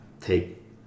take